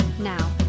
Now